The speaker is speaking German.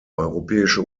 europäische